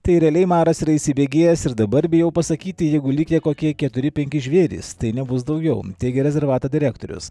tai realiai maras yra įsibėgėjęs ir dabar bijau pasakyti jeigu likę kokie keturi penki žvėrys tai nebus daugiau teigė rezervato direktorius